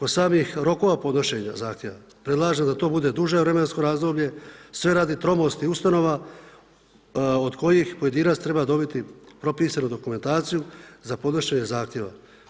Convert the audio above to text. Od samih rokova podnošenja zahtjeva predlažem da to bude duže vremensko razdoblje sve radi tromosti ustanova od kojih pojedinac treba dobiti propisanu dokumentaciju za podnošenje zahtjeva.